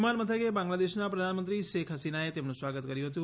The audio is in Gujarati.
વિમાન મથકે બાંગ્લાદેશના પ્રધાનમંત્રી શેખ હસીનાએ તેમનું સ્વાગત કર્યું હતું